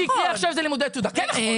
מה שהגיע עכשיו זה לימודי תעודה, כן נכון.